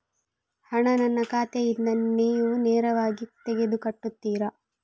ಹಣ ನನ್ನ ಖಾತೆಯಿಂದ ನೀವು ನೇರವಾಗಿ ತೆಗೆದು ಕಟ್ಟುತ್ತೀರ?